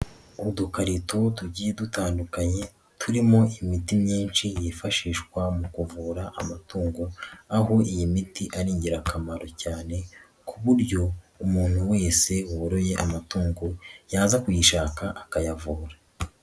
Udukarito tugiye dutandukanye, turimo imiti myinshi yifashishwa mu kuvura amatungo, aho iyi miti ari ingirakamaro cyane ku buryo umuntu wese woroye amatungo yaza kuyishaka akayavura.